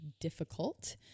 difficult